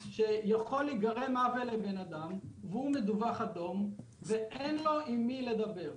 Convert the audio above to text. שיכול להיגרם עוול לאדם והוא מדווח כאדום ואין לו עם מי לדבר.